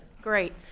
Great